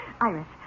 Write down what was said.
Iris